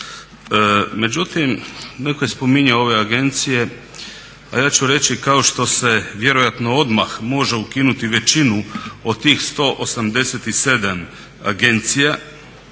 Međutim, netko je spominjao ove agencije, a ja ću reći kao što se vjerojatno odmah može ukinuti većinu od tih 187 agencija